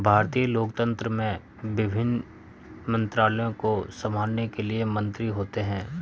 भारतीय लोकतंत्र में विभिन्न मंत्रालयों को संभालने के लिए मंत्री होते हैं